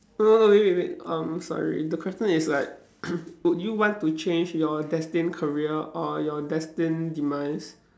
no no no wait wait wait um sorry the question is like would you want to change your destined career or your destined demise